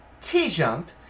T-Jump